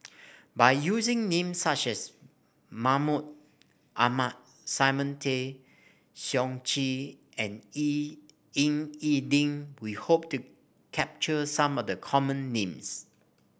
by using names such as Mahmud Ahmad Simon Tay Seong Chee and E Ying E Ding we hope to capture some of the common names